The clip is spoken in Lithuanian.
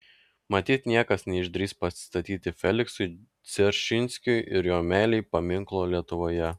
matyt niekas neišdrįs pastatyti feliksui dzeržinskiui ir jo meilei paminklo lietuvoje